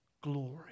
glory